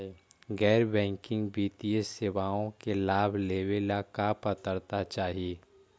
गैर बैंकिंग वित्तीय सेवाओं के लाभ लेवेला का पात्रता चाही?